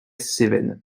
cévennes